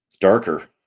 darker